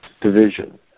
division